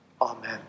Amen